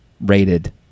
Rated